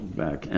back